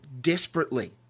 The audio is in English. desperately